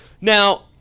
Now